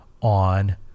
on